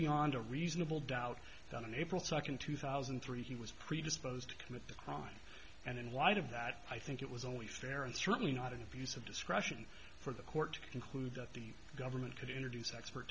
beyond a reasonable doubt that in april second two thousand and three he was predisposed to commit the crime and in light of that i think it was only fair and certainly not an abuse of discretion for the court to conclude that the government could introduce expert